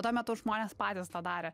tuo metu žmonės patys tą darė